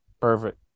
Perfect